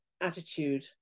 attitude